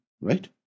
Right